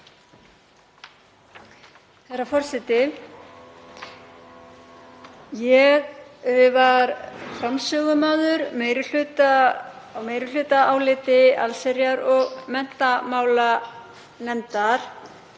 Herra forseti. Ég var framsögumaður meiri hluta á meirihlutaáliti allsherjar- og menntamálanefndar